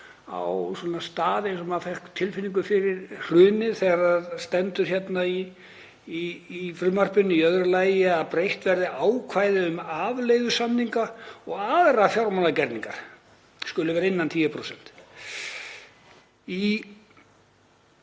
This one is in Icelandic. á stað eins og maður fékk tilfinningu um fyrir hrunið, þegar það stendur hérna í frumvarpinu: „Í öðru lagi að breytt verði ákvæði um að afleiðusamningar (og aðrir fjármálagerningar) skuli vera innan við